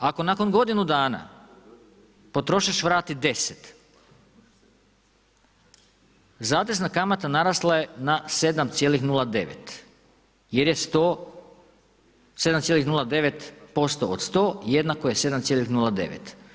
Ako nakon godinu dana potrošač vrati 10, zatezna kamata narasla je na 7,09 jer je 100, 7,09% od 100 jednako je 7,09.